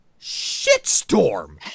shitstorm